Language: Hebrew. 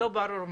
לא ברור מה.